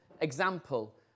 example